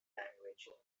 language